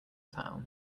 town